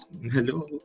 hello